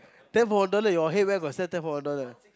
ten for one dollar your head where got sell ten for one dollar